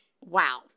wow